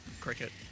Cricket